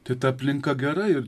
tai ta aplinka gera ir